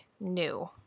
new